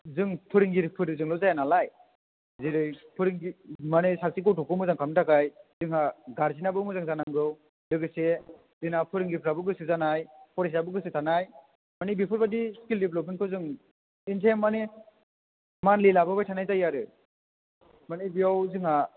जों फोरोंगिरिफोरजोंल' जाया नालाय जेरै फोरोंगिरि माने सासे गथ'खौ मोजां खालामनो थाखाय जोंहा गारजेनाबो मोजां जानांगौ लोगोसे जोंना फोरोंगिरिफ्राबो गोसो जानाय फरायसायाबो गोसो थानाय मानि बेफोरबादि स्किल डेभेलपमेन्टखौ जों खनसे मानि मान्थलि लाबोबाय थानाय जायो आरो मानि बेयाव जोंहा